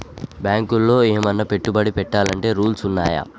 బ్యాంకులో ఏమన్నా పెట్టుబడి పెట్టాలంటే రూల్స్ ఉన్నయా?